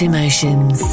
Emotions